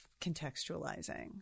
contextualizing